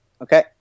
Okay